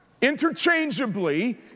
Interchangeably